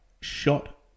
shot